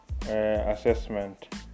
assessment